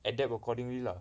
adapt accordingly lah